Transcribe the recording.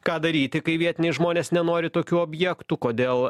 ką daryti kai vietiniai žmonės nenori tokių objektų kodėl